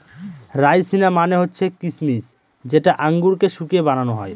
রাইসিনা মানে হচ্ছে কিসমিস যেটা আঙুরকে শুকিয়ে বানানো হয়